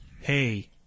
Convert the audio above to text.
Hey